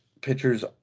pitchers